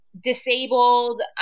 disabled